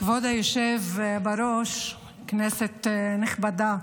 כבוד היושב בראש, כנסת נכבדה,